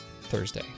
Thursday